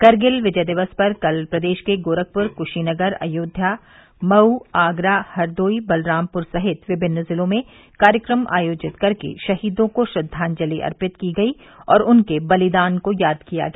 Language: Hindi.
कारगिल विजय दिवस पर कल प्रदेश के गोरखपुर कुशीनगर अयोध्या मऊ आगरा हरदोई बलरामपुर सहित विभिन्न जिलों में कार्यक्रम आयोजित कर के शहीदों को श्रद्वांजलि अर्पित की गई और उनके बलिदान को याद किया गया